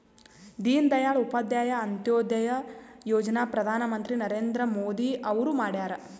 ದೀನ ದಯಾಳ್ ಉಪಾಧ್ಯಾಯ ಅಂತ್ಯೋದಯ ಯೋಜನಾ ಪ್ರಧಾನ್ ಮಂತ್ರಿ ನರೇಂದ್ರ ಮೋದಿ ಅವ್ರು ಮಾಡ್ಯಾರ್